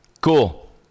Cool